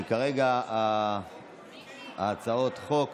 כי כרגע הצעות החוק